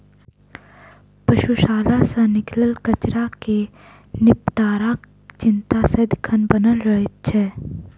पशुशाला सॅ निकलल कचड़ा के निपटाराक चिंता सदिखन बनल रहैत छै